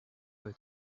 her